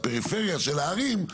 ובפריפריה של הערים,